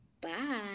bye